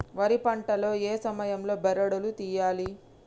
వరి పంట లో ఏ సమయం లో బెరడు లు తియ్యాలి?